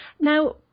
Now